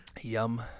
Yum